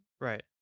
Right